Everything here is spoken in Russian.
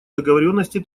договоренности